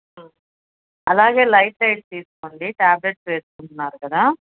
అలాగే light diet తీసుకోండి tablets వేసుకుంటున్నారు కదా